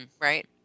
right